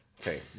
Okay